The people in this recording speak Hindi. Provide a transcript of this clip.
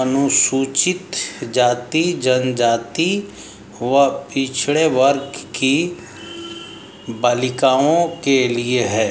अनुसूचित जाति, जनजाति व पिछड़े वर्ग की बालिकाओं के लिए है